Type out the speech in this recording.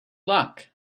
luck